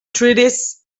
treatise